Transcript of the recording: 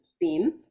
theme